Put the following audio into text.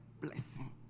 blessing